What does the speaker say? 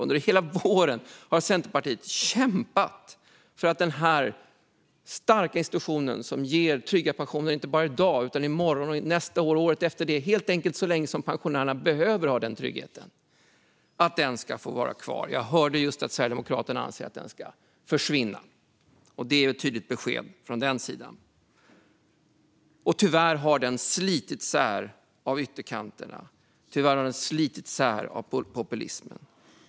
Under hela våren har Centerpartiet kämpat för att denna starka institution som ger trygga pensioner ska få vara kvar, inte bara i dag utan i morgon, nästa år och året efter det, helt enkelt så länge som pensionärerna behöver ha den tryggheten. Jag hörde just att Sverigedemokraterna anser att den ska försvinna, och det är ju ett tydligt besked från den sidan. Tyvärr har Pensionsgruppen slitits isär av ytterkantspartierna. Tyvärr har den slitits isär av populismen.